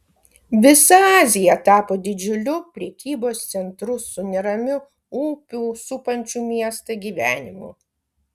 visa azija tapo didžiuliu prekybos centru su neramiu upių supančių miestą gyvenimu